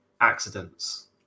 accidents